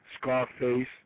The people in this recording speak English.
Scarface